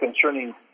concerning